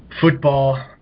football